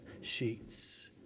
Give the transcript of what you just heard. sheets